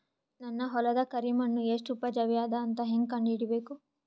ನನ್ನ ಹೊಲದ ಕರಿ ಮಣ್ಣು ಎಷ್ಟು ಉಪಜಾವಿ ಅದ ಅಂತ ಹೇಂಗ ಕಂಡ ಹಿಡಿಬೇಕು?